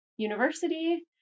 university